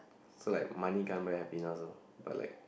so like money can't buy happy orh but like